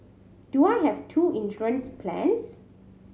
do I have two insurance plans